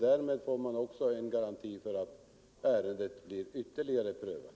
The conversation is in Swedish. Därmed får man också en garanti för att ärendet blir ytterligare prövat.